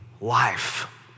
life